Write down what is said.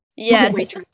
Yes